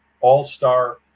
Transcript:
all-star